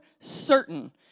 certain